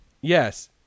Yes